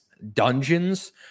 dungeons